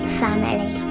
family